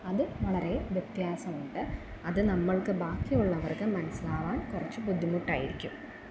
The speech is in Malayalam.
അത് വളരെ വ്യത്യാസമുണ്ട് അത് നമ്മൾക്ക് ബാക്കിയുള്ളവർക്ക് മനസ്സിലാവാൻ കുറച്ച് ബുദ്ധിമുട്ടായിരിക്കും